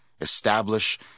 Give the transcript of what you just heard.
establish